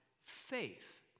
faith